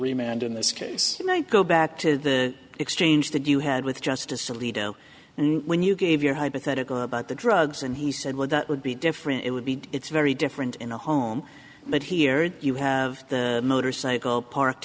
and in this case i go back to the exchange that you had with justice alito and when you gave your hypothetical about the drugs and he said well that would be different it would be it's very different in a home but here you have the motorcycle parked